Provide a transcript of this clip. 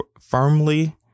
firmly